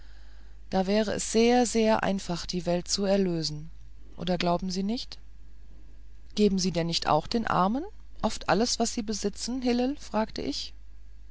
da wäre es sehr sehr einfach die welt zu erlösen oder glauben sie nicht geben sie denn nicht auch den armen oft alles was sie besitzen hillel fragte ich